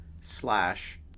slash